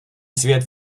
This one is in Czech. svět